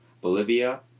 Bolivia